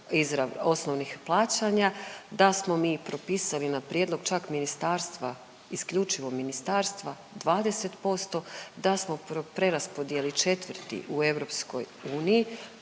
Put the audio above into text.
osnovnih plaćanja, da smo mi propisali na prijedlog čak ministarstva, isključivo ministarstva 20%, da smo po preraspodjeli 4. u EU